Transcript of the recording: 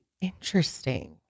interesting